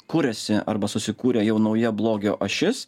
kuriasi arba susikūrė jau nauja blogio ašis